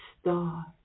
star